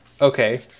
Okay